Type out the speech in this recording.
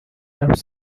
have